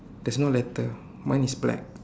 there's no letter mine is black